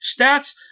Stats